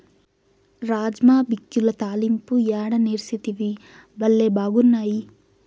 రాజ్మా బిక్యుల తాలింపు యాడ నేర్సితివి, బళ్లే బాగున్నాయి